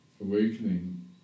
awakening